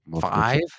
Five